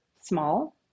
small